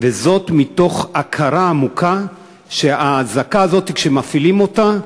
מתוך הכרה עמוקה שהאזעקה הזאת, כשמפעילים אותה,